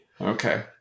Okay